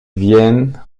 vienne